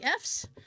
Fs